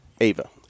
Ava